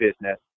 business